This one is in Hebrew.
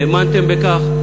האמנתם בכך,